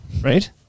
Right